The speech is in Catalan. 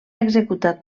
executat